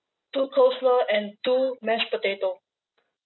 two coleslaw and two mashed potato